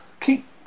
Keep